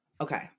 Okay